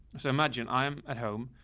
so imagine i am at home.